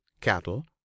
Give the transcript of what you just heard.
cattle